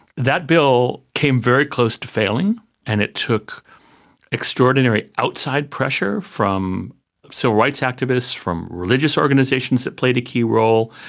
that bill came very close to failing and it took extraordinary outside pressure from civil so rights activists, from religious organisations that played a key role,